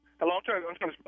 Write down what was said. Hello